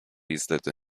izledi